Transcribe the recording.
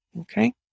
Okay